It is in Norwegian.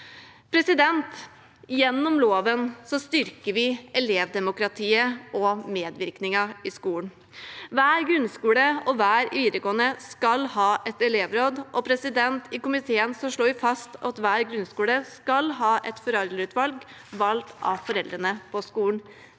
karakterer. Gjennom loven styrker vi elevdemokratiet og medvirkningen i skolen. Hver grunnskole og hver videregående skole skal ha et elevråd. I komiteen slår vi fast at hver grunnskole skal ha et foreldreutvalg valgt av foreldrene på skolen.